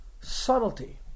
Subtlety